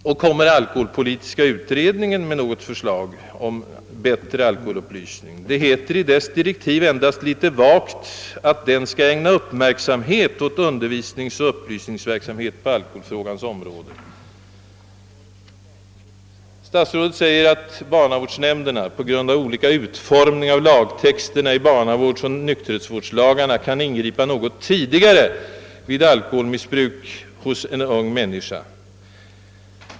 Och kommer alkoholpolitiska utredningen att framlägga förslag om utökad och bättre alkoholupplysning? Det heter nämligen i utredningens direktiv endast helt vagt att den skall ägna uppmärksamhet åt undervisningsoch upplysningsverksamhet på alkoholfrågans område. Statsrådet säger att barnavårdsnämnderna på grund av olika utformning av lagtexten i barnavårdsoch nykterhetsvårdslagarna kan ingripa något tidigare vid alkoholmissbruk hos en ung människa.